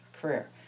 career